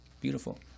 beautiful